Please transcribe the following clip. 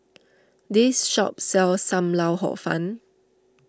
this shop sells Sam Lau Hor Fun